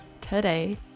today